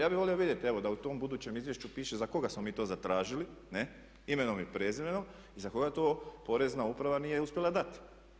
Ja bih volio vidjeti evo da u tom budućem izvješću piše za koga smo mi to zatražili imenom i prezimenom i za koga to Porezna uprava nije uspjela dati.